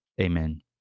amen